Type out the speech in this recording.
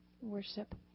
worship